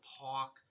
park